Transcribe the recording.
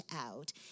out